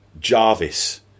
Jarvis